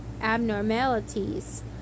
abnormalities